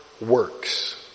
works